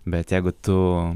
bet jeigu tu